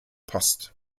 post